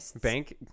bank